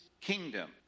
kingdom